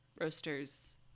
roasters